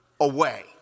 away